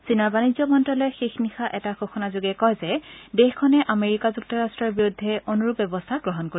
চীনৰ বাণিজ্য মন্ত্ৰালয়ে শেষ নিশা এটা ঘোষণাযোগে কয় যে দেশখনে আমেৰিকা যুক্তৰ্ট্টৰ বিৰুদ্ধে অনুৰূপ ব্যৱস্থা গ্ৰহণ কৰিব